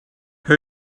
who